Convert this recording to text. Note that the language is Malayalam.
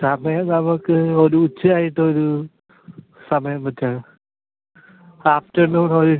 സമയം നമുക്ക് ഒര് ഉച്ചയായിട്ടൊരു സമയം വെക്കാം ആഫ്റ്റർ നൂൺ ഉള്ളിൽ